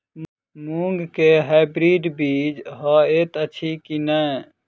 मूँग केँ हाइब्रिड बीज हएत अछि की नै?